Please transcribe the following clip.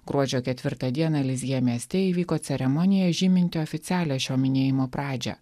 gruodžio ketvirtą dieną lizjė mieste įvyko ceremonija žyminti oficialią šio minėjimo pradžią